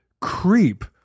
creep